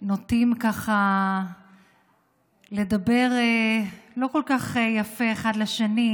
נוטים לדבר לא כל כך יפה אחד לשני,